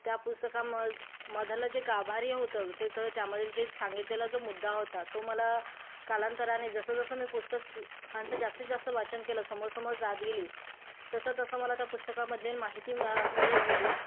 त्या पुस्तका म मधलं जे गांभीर्य होतं ते तर त्यामध्ये ज सांगितलेले जो मुद्दा होता तो मला कालांतराने जसं जसं मी पुस्तकांचं जास्तीत जास्त वाचन केलं समोर समोर जात गेली तसं तसं मला त्या पुस्तकामधले माहिती मिळा मिळत गेली